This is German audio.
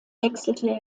wechselte